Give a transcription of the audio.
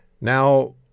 Now